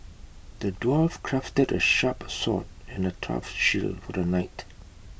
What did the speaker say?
the dwarf crafted A sharp sword and A tough shield for the knight